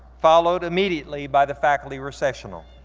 followed immediately by the faculty recessional.